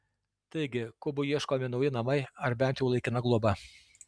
taigi kubui ieškomi nauji namai ar bent jau laikina globa